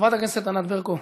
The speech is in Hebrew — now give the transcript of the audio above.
חברת הכנסת ענת ברקו,